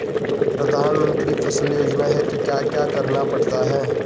प्रधानमंत्री फसल योजना हेतु क्या क्या करना पड़ता है?